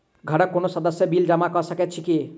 घरक कोनो सदस्यक बिल जमा कऽ सकैत छी की?